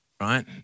right